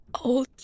old